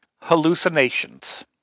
hallucinations